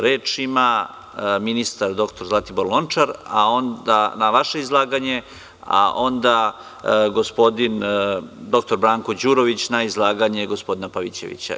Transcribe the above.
Reč ima ministar dr Zlatibor Lončar na vaše izlaganje, a onda gospodin Branko Đurović na izlaganje gospodina Pavićevića.